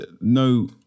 no